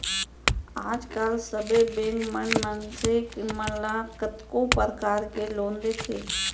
आज काल सबे बेंक मन मनसे मन ल कतको परकार के लोन देथे